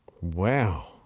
Wow